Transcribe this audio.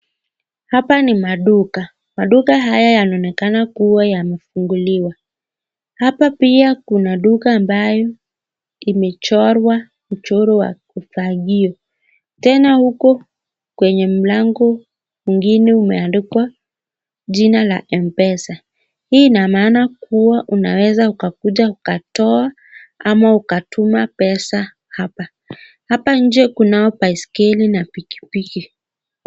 Hapa ni maduka, maduka haya yanaonekana kuwa yamefunguliwa ,hapa pia kuna duka ambayo imechorwa mchoro wa ufagio, tena huku kwenye mlango mwingine umeandikwa jina la mpesa ,hii ina maana kuwa unaweza ukakuja ukatoa ama ukatuma pesa hapa, hapa nje kunao baiskeli na pikipiki.